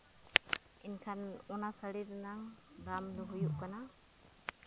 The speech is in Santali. ᱮᱱᱠᱷᱟᱱ ᱚᱱᱟ ᱥᱟᱹᱲᱤ ᱨᱮᱱᱟᱝ ᱫᱟᱢ ᱫᱚ ᱦᱩᱭᱩᱜ ᱠᱟᱱᱟ